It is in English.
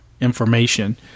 information